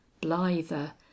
blither